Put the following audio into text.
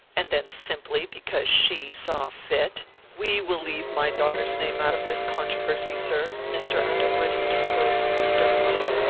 and then simply because she saw fit we will leave my daughter's name out of this controversy, sir, mr. underwood interposed, sternly.